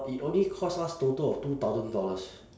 it only cost us total of two thousand dollars